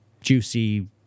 juicy